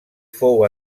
fou